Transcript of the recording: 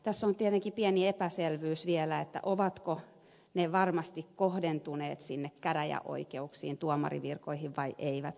tässä on tietenkin pieni epäselvyys vielä ovatko ne varmasti kohdentuneet sinne käräjäoikeuksien tuomarinvirkoihin vai eivät